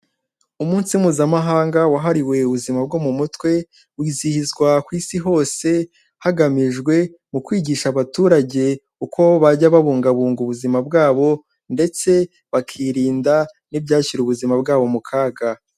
Umunsi mpuzamahanga wahariwe ubuzima bwo mumutwe, wizihizwa ku isi hose hagamijwe kwigisha abaturage uko bajya babungabunga ubuzima bwabo, ndetse bakirinda n'ibyashyira ubuzima bwabo mu kaga.